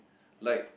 like